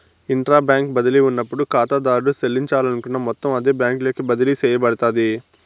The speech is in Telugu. ఇంట్రా బ్యాంకు బదిలీ ఉన్నప్పుడు కాతాదారుడు సెల్లించాలనుకున్న మొత్తం అదే బ్యాంకులోకి బదిలీ సేయబడతాది